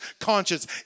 conscience